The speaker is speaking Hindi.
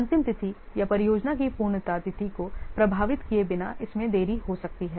अंतिम तिथि या परियोजना की पूर्णता तिथि को प्रभावित किए बिना इसमें देरी हो सकती है